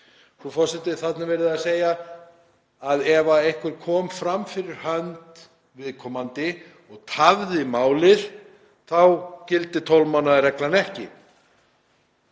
Frú forseti. Þarna er verið að segja að ef einhver kom fram fyrir hönd viðkomandi og tafði málið þá gildi 12 mánaða reglan ekki.